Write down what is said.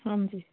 ਹਾਂਜੀ